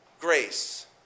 grace